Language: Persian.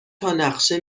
تانقشه